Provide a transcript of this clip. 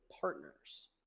partners